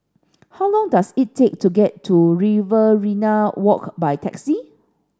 how long does it take to get to Riverina Walk by taxi